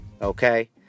Okay